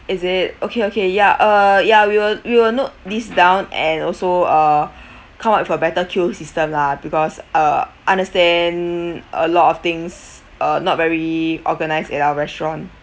is it okay okay ya uh ya we will we will note this down and also uh come up with a better queue system lah because uh understand a lot of things uh not very organised at our restaurant